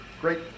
great